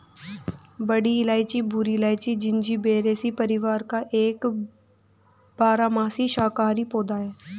बड़ी इलायची भूरी इलायची, जिंजिबेरेसी परिवार का एक बारहमासी शाकाहारी पौधा है